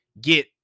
get